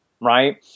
Right